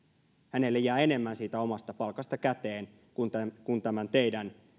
hänelle jää enemmän siitä omasta palkastaan käteen kuin tämän teidän